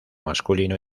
masculino